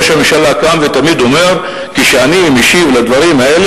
ראש הממשלה קם ותמיד אומר: כשאני משיב על הדברים האלה,